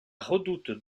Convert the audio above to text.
redoute